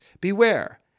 Beware